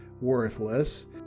worthless